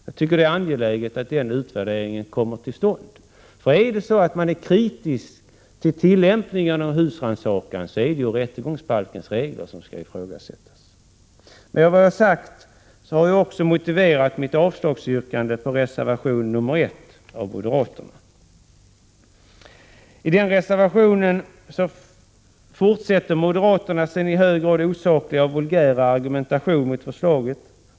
Jag tycker det är angeläget att denna utvärdering kommer till stånd. Är man kritisk mot tillämpningen av husrannsakan så är det ju rättegångsbalkens regler som skall ifrågasättas. Med vad jag har sagt har jag också motiverat mitt yrkande om avslag på reservationen 1 av moderaterna. I reservationen 1 fortsätter moderaterna sin i hög grad osakliga och vulgära argumentering mot förslaget.